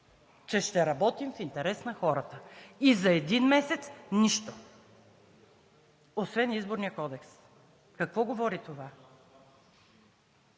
че ще работим в интерес на хората. И за един месец нищо освен Изборния кодекс. Какво говори това,